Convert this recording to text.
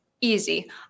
Easy